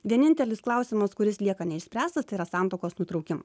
vienintelis klausimas kuris lieka neišspręstas tai yra santuokos nutraukimo